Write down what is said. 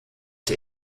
der